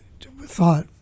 thought